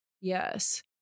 Yes